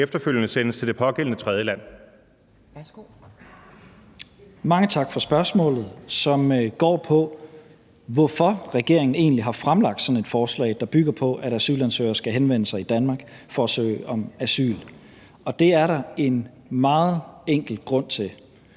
integrationsministeren (Mattias Tesfaye): Mange tak for spørgsmålet, som går på, hvorfor regeringen egentlig har fremlagt sådan et forslag, der bygger på, at asylansøgere skal henvende sig i Danmark for at søge asyl. Det er der en meget enkel grund til.